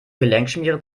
gelenkschmiere